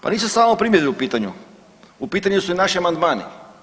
Pa nisu samo primjedbe u pitanju, u pitanju su i naši amandmani.